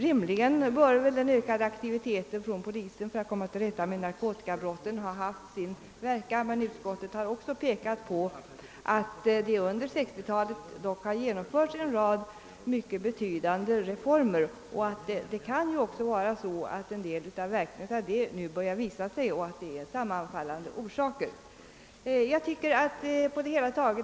Rimligen bör väl polisens ökade aktivitet för att komma till rätta med narkotikabrotten ha haft någon inverkan, men utskottet har också pekat på att det under 1960-talet har genomförts en rad betydande reformer — det kan hända att verkningarna av en del av dem nu börjar visa sig. Det kan också vara olika sammanfallande orsaker.